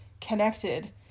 connected